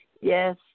Yes